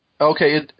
Okay